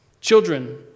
Children